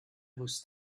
was